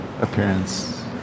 appearance